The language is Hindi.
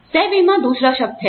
सहबीमा दूसरा शब्द है